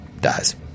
dies